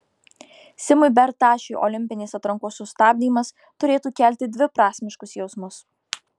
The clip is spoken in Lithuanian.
simui bertašiui olimpinės atrankos sustabdymas turėtų kelti dviprasmiškus jausmus